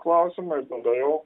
klausimai ir tada jau